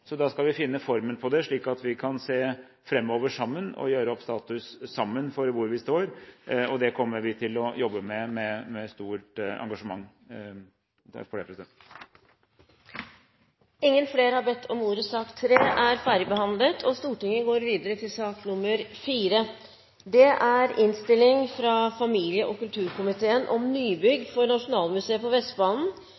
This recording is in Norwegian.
så vi skal finne formen på det, slik at vi kan se fremover og gjøre opp status sammen for hvor vi står. Det kommer vi til å jobbe med med stort engasjement. Flere har ikke bedt om ordet til sak nr. 3. Etter ønske fra familie- og kulturkomiteen vil presidenten foreslå at taletiden begrenses til 40 minutter og fordeles med inntil 5 minutter til hvert parti og